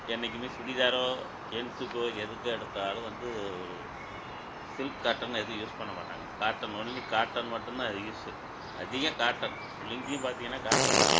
என்னைக்குமே சுடிதாரோ ஜென்ஸுக்கோ எதுக்கு எடுத்தாலும் வந்து ஒரு சில்க் காட்டன் எது யூஸ் பண்ண மாட்டாங்க காட்டன் ஒன்லி காட்டன் மட்டும்தான் அது யூஸு அதிகம் காட்டன் லுங்கியும் பார்த்தீங்கன்னா காட்டன் தான்